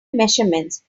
measurements